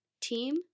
team